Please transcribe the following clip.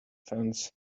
fence